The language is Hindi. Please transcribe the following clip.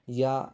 या